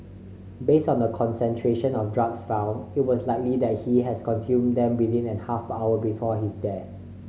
based on the concentration of drugs found it was likely that he has consumed them within an half hour before his death